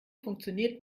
funktioniert